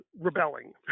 rebelling